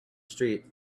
street